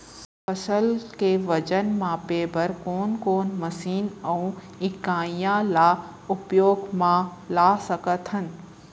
फसल के वजन मापे बर कोन कोन मशीन अऊ इकाइयां ला उपयोग मा ला सकथन?